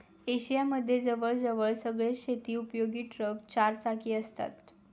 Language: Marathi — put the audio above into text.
एशिया मध्ये जवळ जवळ सगळेच शेती उपयोगी ट्रक चार चाकी असतात